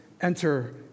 enter